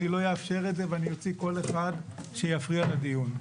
אני לא אאפשר את זה ואני אוציא כל אחד שיפריע לדיון.